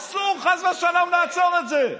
אסור חס ושלום לעצור את זה.